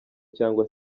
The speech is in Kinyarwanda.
cyangwa